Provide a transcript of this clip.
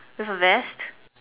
just a vest